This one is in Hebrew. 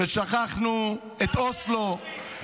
ושכחנו את אוסלו,